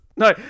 No